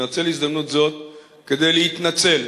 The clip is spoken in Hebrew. לנצל הזדמנות זאת כדי להתנצל.